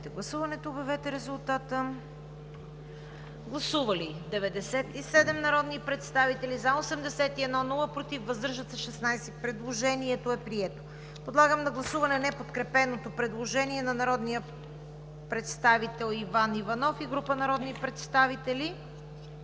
подкрепен от Комисията. Гласували 97 народни представители: за 81, против няма, въздържали се 16. Предложенията са приети. Подлагам на гласуване неподкрепеното предложение на народния представител Иван Иванов и група народни представители.